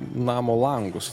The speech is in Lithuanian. namo langus